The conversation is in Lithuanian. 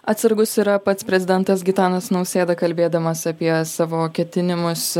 atsargus yra pats prezidentas gitanas nausėda kalbėdamas apie savo ketinimus